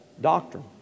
doctrine